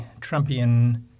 Trumpian